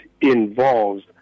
involves